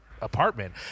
apartment